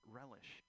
relish